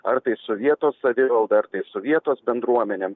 ar tai su vietos savivalda ar tai su vietos bendruomenėm